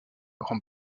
grand